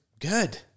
good